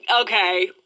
Okay